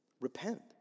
Repent